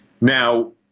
Now